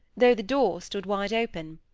though the door stood wide open.